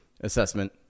assessment